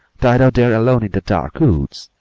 tied out there alone in the dark woods!